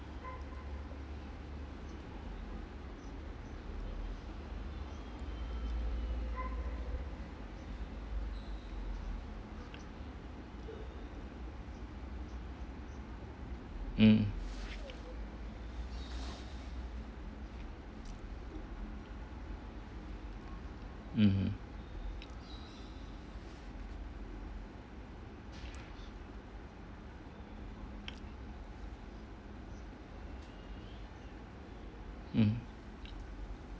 mm mm mm